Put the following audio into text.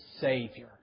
Savior